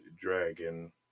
dragon